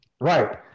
Right